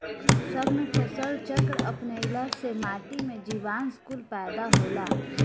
सघन फसल चक्र अपनईला से माटी में जीवांश कुल पैदा होला